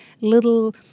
little